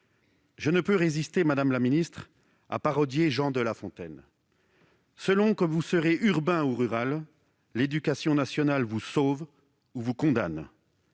Je ne puis résister à parodier Jean de La Fontaine : selon que vous serez urbain ou rural, l'éducation nationale vous sauve ou vous condamne